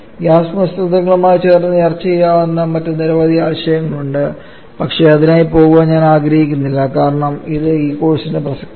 gas മിശ്രിതങ്ങളുമായി ചേർന്ന് ചർച്ച ചെയ്യാവുന്ന മറ്റ് നിരവധി ആശയങ്ങളുണ്ട് പക്ഷേ അതിനായി പോകാൻ ഞാൻ ആഗ്രഹിക്കുന്നില്ല കാരണം ഇത് ഈ കോഴ്സിനും പ്രസക്തമല്ല